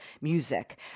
music